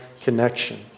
connection